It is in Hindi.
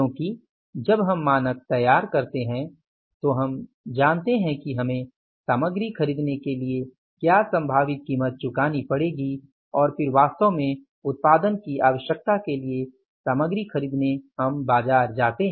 क्योंकि जब हम मानक तैयार करते हैं तो हम जानते हैं कि हमें सामग्री खरीदने के लिए क्या संभावित कीमत चुकानी पड़ेगी और फिर वास्तव में उत्पादन की आवश्यकता के लिए सामग्री खरीदने हम बाजार जाते हैं